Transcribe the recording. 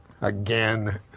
Again